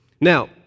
Now